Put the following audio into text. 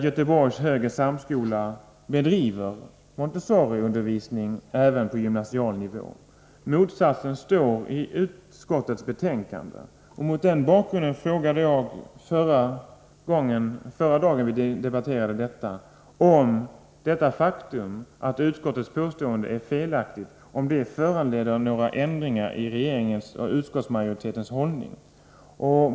Göteborgs högre samskola bedriver Montessoriundervisning även på gymnasial nivå. Motsatsen kan läsas i utskottets betänkande. Mot den bakgrunden frågade jag förra gången saken diskuterades om det faktum att utskottets påstående är felaktigt föranleder några ändringar i regeringens och utskottsmajoritetens hållning.